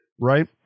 right